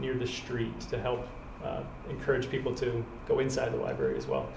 near the streets to help encourage people to go inside the library as well